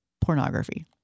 pornography